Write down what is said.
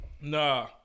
Nah